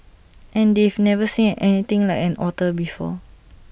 and they've never seen anything like an otter before